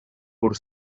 por